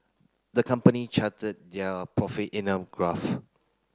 the company charted their profit in a graph